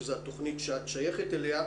שזו התוכנית שאת שייכת אליה,